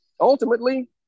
ultimately